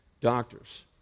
doctors